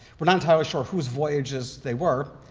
we're not entirely sure whose voyages they were.